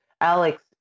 Alex